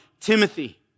Timothy